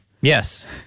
Yes